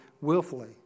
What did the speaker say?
willfully